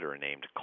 named